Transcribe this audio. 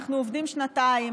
אנחנו עובדים שנתיים,